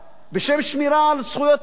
בשם שמירה על זכויות הפרט.